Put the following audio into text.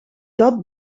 dat